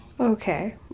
Okay